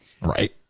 Right